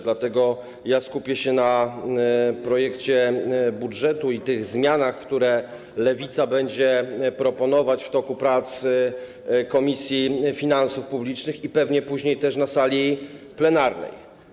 Dlatego skupię się na projekcie budżetu i tych zmianach, które Lewica będzie proponować w toku prac Komisji Finansów Publicznych i pewnie później też na sali plenarnej.